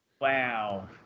Wow